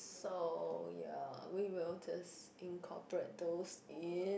so ya we will just incorporate those in